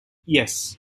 yes